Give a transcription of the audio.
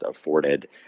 afforded